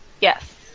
Yes